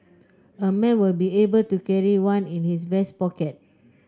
a man will be able to carry one in his vest pocket